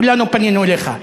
כולנו פנינו אליך.